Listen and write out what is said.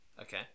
Okay